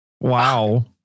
Wow